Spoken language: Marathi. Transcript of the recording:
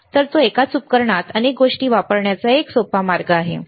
तर तो एकाच उपकरणात अनेक गोष्टी वापरण्याचा एक सोपा मार्ग आहे